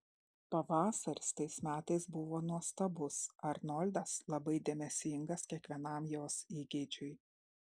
pavasaris tais metais buvo nuostabus arnoldas labai dėmesingas kiekvienam jos įgeidžiui